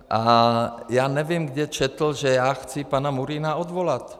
A já nevím, kde četl, že já chci pana Murína odvolat.